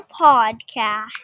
podcast